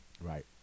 Right